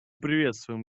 приветствуем